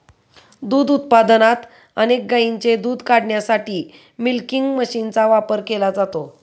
दूध उत्पादनात अनेक गायींचे दूध काढण्यासाठी मिल्किंग मशीनचा वापर केला जातो